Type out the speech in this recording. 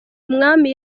umwami